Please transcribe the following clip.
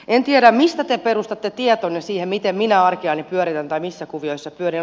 en tiedä mihin te perustatte tietonne siitä miten minä arkeani pyöritän tai missä kuvioissa pyörin